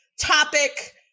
topic